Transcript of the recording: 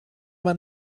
man